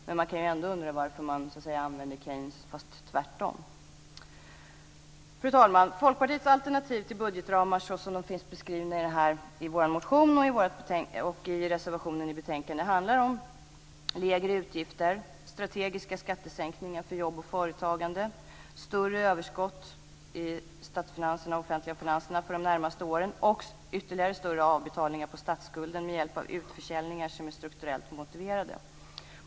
Men man kan ändå undra varför man så att säga använder Keynes fast tvärtom. Fru talman! Folkpartiets alternativ till budgetramar som finns beskrivna i vår motion och i reservationen i betänkandet handlar om lägre utgifter, strategiska skattesänkningar för jobb och företagande, större överskott i statsfinanserna, de offentliga finanserna, för de närmaste åren och ytterligare större avbetalningar på statsskulden med hjälp av utförsäljningar som är strukturellt motiverade.